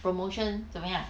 promotion 怎么样